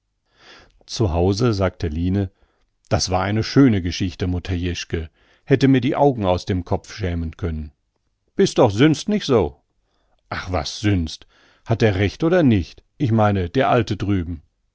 zu hause sagte line das war eine schöne geschichte mutter jeschke hätte mir die augen aus dem kopf schämen können bis doch sünnst nicht so ach was sünnst hat er recht oder nicht ich meine der alte drüben